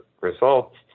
results